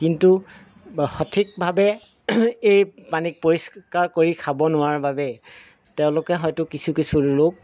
কিন্তু সঠিকভাৱে এই পানী পৰিষ্কাৰ কৰি খাব নোৱাৰাৰ বাবে তেওঁলোকে হয়তো কিছু কিছু লোক